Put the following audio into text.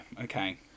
okay